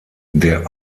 der